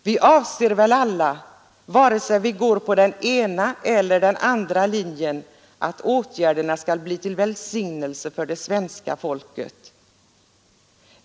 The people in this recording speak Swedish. Vi avser väl alla, vare sig vi går på den ena eller den andra linjen, att åtgärderna skall bli till välsignelse för det svenska folket.